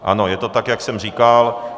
Ano, je to tak, jak jsem říkal.